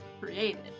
created